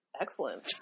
excellent